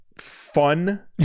fun